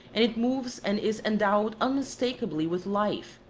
and it moves and is endowed unmistakably with life,